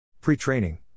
pre-training